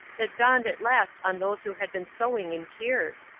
that dawned at last on those who had been sowing in tears?